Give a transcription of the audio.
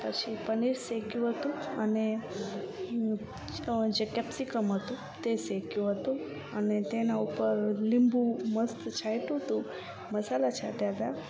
પછી પનીર શેક્યું હતું અને જે કેપ્સિકમ હતું તે શેક્યું હતું અને તેના ઉપર લીંબુ મસ્ત છાંટ્યું હતું મસાલા છાંટ્યા હતા